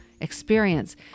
experience